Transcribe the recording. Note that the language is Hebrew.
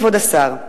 כבוד השר,